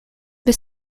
this